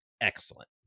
excellent